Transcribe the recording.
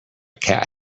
cat